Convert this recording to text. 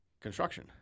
Construction